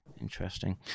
Interesting